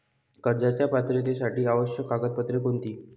कर्जाच्या पात्रतेसाठी आवश्यक कागदपत्रे कोणती?